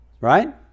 Right